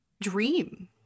dream